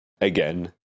again